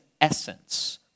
essence